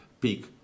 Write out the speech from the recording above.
peak